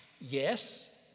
Yes